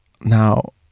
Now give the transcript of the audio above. Now